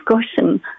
discussion